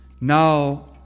now